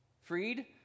Freed